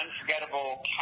unforgettable